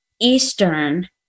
Eastern